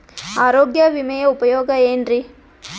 ಆರೋಗ್ಯ ವಿಮೆಯ ಉಪಯೋಗ ಏನ್ರೀ?